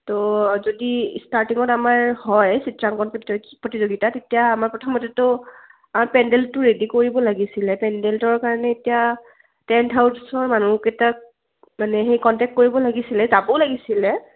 তো যদি ষ্টাৰ্টিঙত আমাৰ হয় চিত্ৰাংকন প্ৰতিযোগিতা তেতিয়া আমাৰ প্ৰথমতেতো আমাৰ পেণ্ডেলটো ৰেডি কৰিব লাগিছিলে পেণ্ডেলটোৰ কাৰণে এতিয়া টেণ্ট হাউচৰ মানুহকেইটাক মানে সেই কণ্টেক্ট কৰিব লাগিছিলে যাবও লাগিছিলে